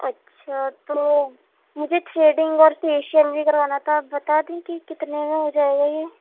اچھا تو مجھے تھریڈنگ اور فیشیل بھی کروانا تھا بتا دیجیے کتنے میں ہو جائے گا یہ